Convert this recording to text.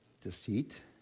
Deceit